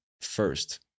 first